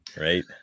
right